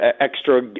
extra